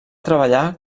treballar